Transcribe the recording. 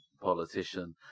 politician